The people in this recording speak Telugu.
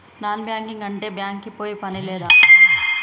నాన్ బ్యాంకింగ్ అంటే బ్యాంక్ కి పోయే పని లేదా?